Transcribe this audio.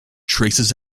traces